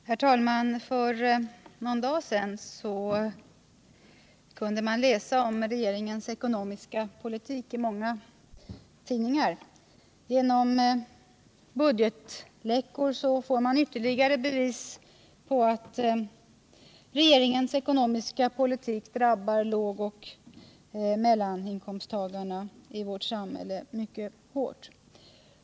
Herr talman! För någon dag sedan kunde man läsa om regeringens ekonomiska politik i många tidningar. Genom budgetläckor får man ytterligare bevis för att regeringens ekonomiska politik drabbar lågoch mellaninkomsttagarna i vårt samhälle mycket hårt.